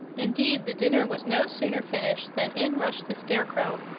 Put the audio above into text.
indeed, the dinner was no sooner finished than in rushed the scarecrow,